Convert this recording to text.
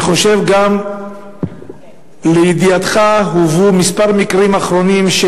אני חושב גם שלידיעתך הובאו כמה מקרים אחרונים,